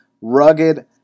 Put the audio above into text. rugged